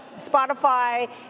Spotify